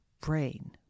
brain